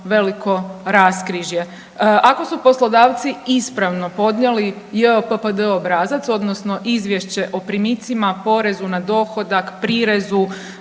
veliko raskrižje. Ako su poslodavci ispravno podnijeli JPPOD obrazac odnosno izvješće o primicima, porezu na dohodak, prirezu,